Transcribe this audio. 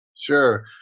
Sure